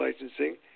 licensing